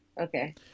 Okay